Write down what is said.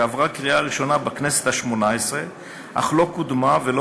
שעברה בקריאה ראשונה בכנסת השמונה-עשרה אך לא קודמה ולא